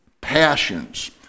passions